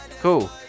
cool